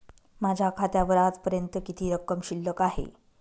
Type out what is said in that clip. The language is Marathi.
माझ्या खात्यावर आजपर्यंत किती रक्कम शिल्लक आहे?